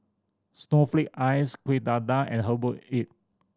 snowflake ice Kueh Dadar and herbal egg